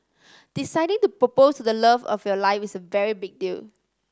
deciding to propose to the love of your life is a very big deal